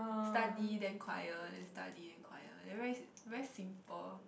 study then choir then study then choir then very very simple